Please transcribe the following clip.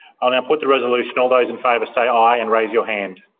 ah now put the resolution. all those in favour say aye and raise your hand.